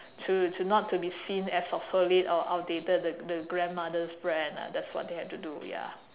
to to not to be seen as obsolete or outdated the the grandmother's brand ah that's what they have to do ya